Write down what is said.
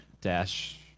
dash